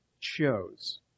chose